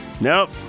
Nope